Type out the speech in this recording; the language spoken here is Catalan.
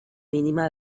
mínima